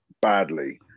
badly